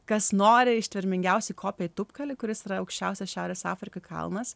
kas nori ištvermingiausi kopia į tupkalį kuris yra aukščiausias šiaurės afrikoj kalnas